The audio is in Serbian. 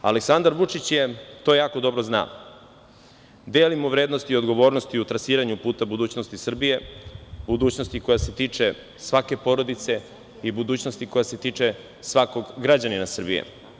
Aleksandar Vučić je, to jako dobro zna - delimo vrednosti i odgovornosti u trasiranju puta u budućnosti Srbije, budućnosti koja se tiče svake porodice i budućnosti koja se tiče svakog građanina Srbije.